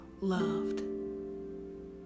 loved